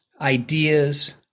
ideas